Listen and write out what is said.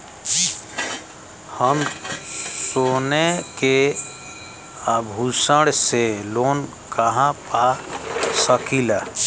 हम सोने के आभूषण से लोन कहा पा सकीला?